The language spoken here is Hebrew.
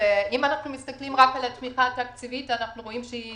אם אנחנו מסתכלים רק על התמיכה התקציבית אנחנו רואים שהיא